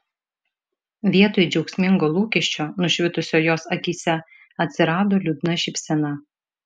vietoj džiaugsmingo lūkesčio nušvitusio jos akyse atsirado liūdna šypsena